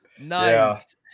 Nice